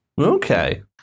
Okay